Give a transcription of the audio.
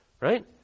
Right